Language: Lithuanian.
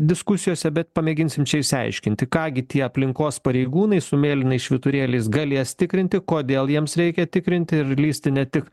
diskusijose bet pamėginsim išsiaiškinti ką gi tie aplinkos pareigūnai su mėlynais švyturėliais galės tikrinti kodėl jiems reikia tikrinti ir lįsti ne tik